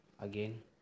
again